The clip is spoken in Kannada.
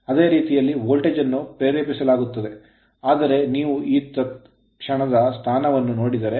ಅದೇ ರೀತಿಯಲ್ಲಿ ವೋಲ್ಟೇಜ್ ಅನ್ನು ಪ್ರೇರೇಪಿಸಲಾಗುತ್ತದೆ ಆದರೆ ನೀವು ಈ ತತ್ ಕ್ಷಣದ ಸ್ಥಾನವನ್ನು ನೋಡಿದರೆ